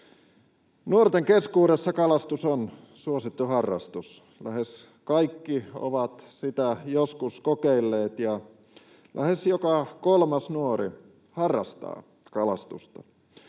Nuorten keskuudessa kalastus on suosittu harrastus. Lähes kaikki ovat sitä joskus kokeilleet, ja lähes joka kolmas nuori harrastaa kalastusta.